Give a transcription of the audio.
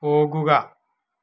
പോകുക